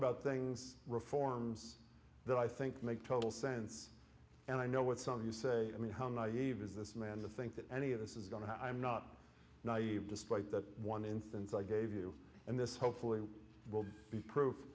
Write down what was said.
about things reforms that i think make total sense and i know what some of you say i mean how naive is this man to think that any of this is going to i'm not naive despite that one instance i gave you and this hopefully will be proof